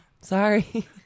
Sorry